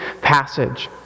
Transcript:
passage